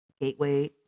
gateway